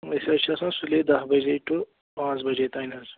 أسۍ حظ چھِ آسان سُلے دَہ بَجے ٹُہ پانٛژھ بَجے تام حظ